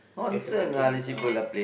that's the main thing ah